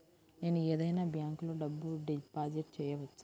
నేను ఏదైనా బ్యాంక్లో డబ్బు డిపాజిట్ చేయవచ్చా?